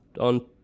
on